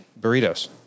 burritos